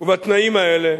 ובתנאים האלה,